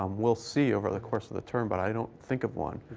um we'll see over the course of the term, but i don't think of one.